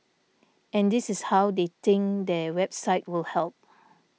and this is how they think their website will help